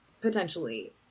potentially